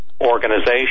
organization